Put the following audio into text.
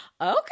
okay